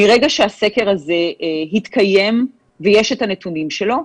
מרגע שהסקר הזה התקיים ויש את הנתונים שלו,